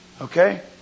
Okay